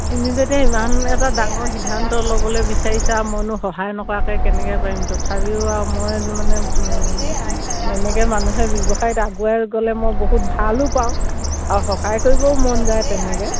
তুমি যেতিয়া ইমান এটা ডাঙৰ সিদ্ধান্ত ল'বলৈ বিচাৰিছা আৰু মইনো সহায় নকৰাকৈ কেনেকৈ পাৰিম তথাপিও আৰু মই মানে এনেকৈ মানুহে ব্যৱসায়ত আগুৱাই গ'লে মই বহুত ভালো পাওঁ আৰু সহায় কৰিবও মন যায় তেনেকৈ